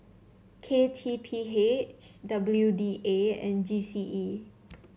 K T P H W D A and G C E